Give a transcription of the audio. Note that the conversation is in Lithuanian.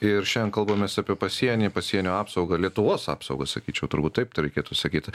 ir šiandien kalbamės apie pasienį pasienio apsaugą lietuvos apsaugą sakyčiau turbūt taip tai reikėtų sakyti